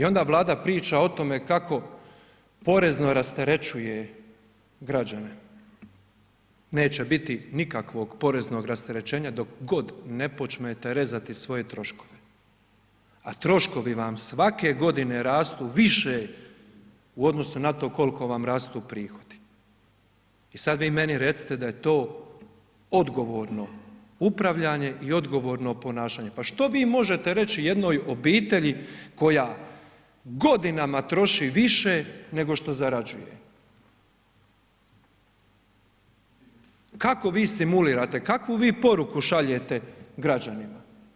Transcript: I onda Vlada priča o tome kako porezno rasterećuje građane, neće biti nikakvog poreznog rasterećenja dok god ne počnete rezati svoje troškove, a troškovi vam svake godine rastu više u odnosu na to kolko vam rastu prihodi i sad vi meni recite da je to odgovorno upravljanje i odgovorno ponašanje, pa što vi možete reći jednoj obitelji koja godinama troši više nego što zarađuje, kako vi stimulirate, kakvu vi poruku šaljete građanima?